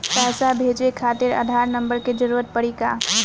पैसे भेजे खातिर आधार नंबर के जरूरत पड़ी का?